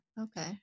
Okay